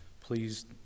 Please